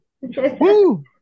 Woo